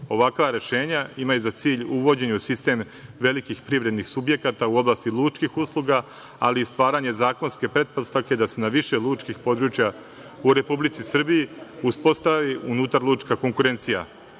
Ovakva rešenja imaju za cilj uvođenje u sistem velikih privrednih subjekata u oblasti lučkih usluga, ali i stvaranje zakonske pretpostavke da se na više lučkih područja u Republici Srbiji uspostavi unutar lučka konkurencija. Ovim